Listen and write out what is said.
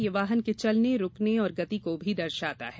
यह वाहन के चलने रूकने और गति को भी दर्शाता है